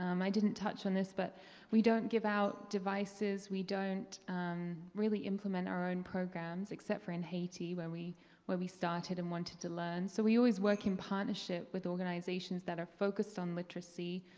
um i didn't touch on this but we don't give out devices, we don't really implement our own programs except in haiti where we where we started and wanted to learn. so we always work in partnership with organizations that are focused on literacy.